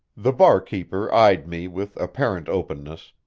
the barkeeper eyed me with apparent openness.